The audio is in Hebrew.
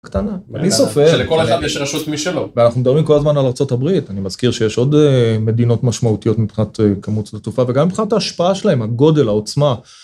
קטנה אני סופר לכל אחד יש רשות מי שלא אנחנו מדברים כל הזמן על ארצות הברית אני מזכיר שיש עוד מדינות משמעותיות מבחינת כמות התופעה וגם בחינת ההשפעה שלהם הגודל העוצמה.